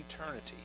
eternity